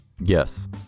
Yes